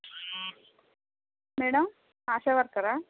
madam ASHA వర్క్కరా